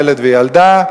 ילד וילדה,